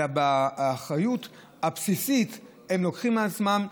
את האחריות הבסיסית הם לוקחים על עצמם,